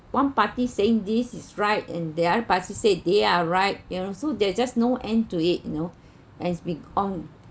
one party saying this is right and their party said they are right you know so there are just no end to it you know as we on